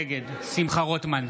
נגד שמחה רוטמן,